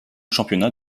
championnat